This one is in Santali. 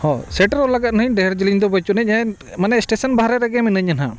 ᱦᱚᱸ ᱥᱮᱴᱮᱨᱚᱜ ᱞᱟᱜᱟᱫ ᱱᱟᱦᱟᱜ ᱰᱷᱮᱨ ᱡᱮᱞᱮᱧ ᱫᱚ ᱵᱟᱹᱱᱩᱜᱼᱟᱹᱱᱤᱡ ᱱᱟᱦᱟᱜ ᱢᱟᱱᱮ ᱥᱴᱮᱥᱚᱱ ᱵᱟᱦᱨᱮ ᱨᱮᱜᱮ ᱢᱤᱱᱟᱹᱧᱟ ᱱᱟᱦᱟᱜ